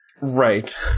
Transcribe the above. Right